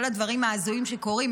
כל הדברים ההזויים שקורים,